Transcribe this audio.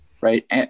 right